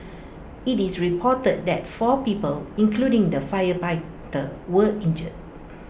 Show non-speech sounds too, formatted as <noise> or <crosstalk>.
IT is reported that four people including the fire <unintelligible> were injured